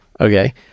Okay